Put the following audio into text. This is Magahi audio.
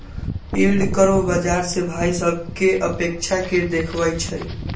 यील्ड कर्व बाजार से भाइ सभकें अपेक्षा के देखबइ छइ